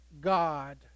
God